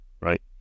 right